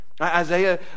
Isaiah